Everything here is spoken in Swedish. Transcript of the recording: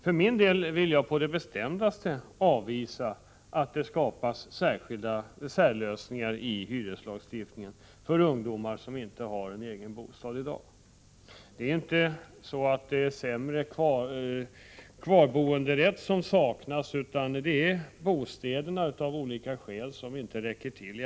För min del vill jag på det bestämdaste avvisa förslaget att det skall skapas särlösningar i hyreslagstiftningen för ungdomar som inte har egen bostad i dag. Det är inte kvarboenderätt som saknas, utan det är så att bostäderna av olika skäl inte räcker till.